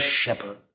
shepherd